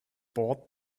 bought